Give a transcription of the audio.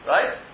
Right